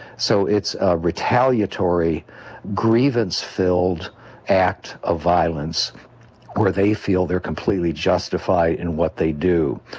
so it's a retaliatory grievance-filled act of violence where they feel they are completely justified in what they do.